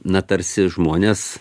na tarsi žmonės